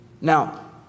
Now